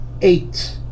Eight